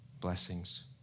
blessings